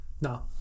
No